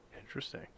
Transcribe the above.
Interesting